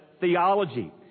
theology